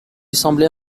semblait